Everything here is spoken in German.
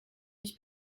mich